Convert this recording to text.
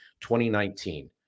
2019